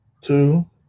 two